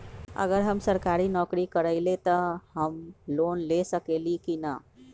अगर हम सरकारी नौकरी करईले त हम लोन ले सकेली की न?